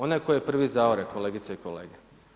Onaj tko je prvi zaore, kolegice i kolege.